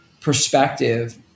perspective